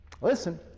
listen